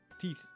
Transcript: Teeth